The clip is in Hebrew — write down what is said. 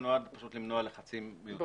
זה נועד למנוע לחצים מיותרים.